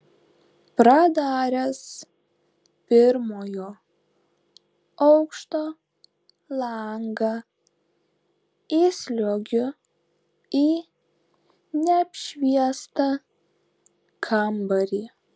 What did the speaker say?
pradaręs pirmojo aukšto langą įsliuogiu į neapšviestą kambarį